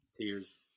Tears